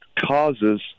causes